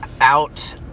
out